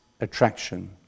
attraction